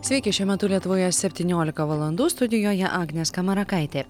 sveiki šiuo metu lietuvoje septyniolika valandų studijoje agnė skamarakaitė